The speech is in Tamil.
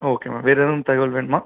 ஓகே மேம் வேறு எதுவும் தகவல் வேணுமா